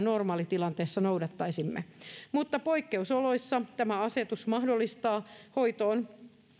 normaalitilanteessa noudattaisimme poikkeusoloissa tämä asetus mahdollistaa